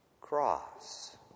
cross